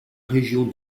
région